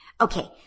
Okay